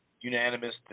unanimous